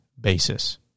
basis